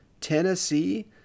Tennessee